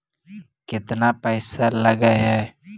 केतना पैसा लगय है?